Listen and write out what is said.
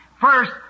first